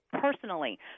personally